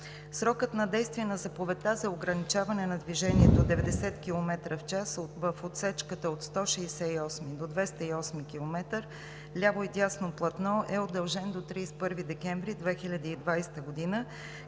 Срокът на действие на заповедта за ограничаване на движението от 90 км в час в отсечката от 168 до 208 км – ляво и дясно платно, е удължен до 31 декември 2020 г.,